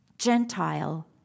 Gentile